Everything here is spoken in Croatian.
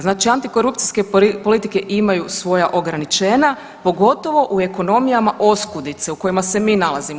Znači antikorupcijske politike imaju svoja ograničenja pogotovo u ekonomijama oskudice u kojima se mi nalazimo.